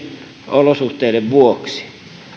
tieolosuhteiden vuoksi kysyisin